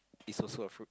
is also a fruit